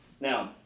Now